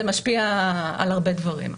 זה משפיע על הרבה דברים.